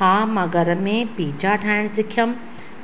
हां मां घर में पिजा ठाहिण सिखियमि